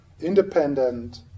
independent